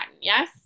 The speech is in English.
Yes